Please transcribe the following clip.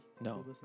No